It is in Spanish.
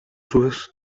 sus